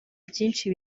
byinshi